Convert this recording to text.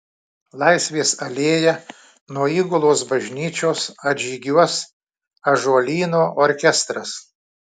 laisvės alėja nuo įgulos bažnyčios atžygiuos ąžuolyno orkestras